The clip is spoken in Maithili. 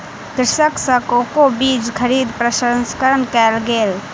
कृषक सॅ कोको बीज खरीद प्रसंस्करण कयल गेल